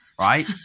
Right